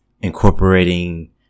incorporating